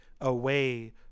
away